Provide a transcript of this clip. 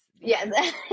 yes